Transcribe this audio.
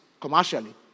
commercially